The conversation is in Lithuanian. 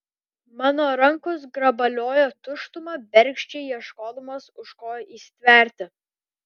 mano rankos grabaliojo tuštumą bergždžiai ieškodamos už ko įsitverti